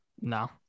no